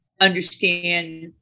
understand